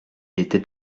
était